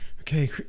okay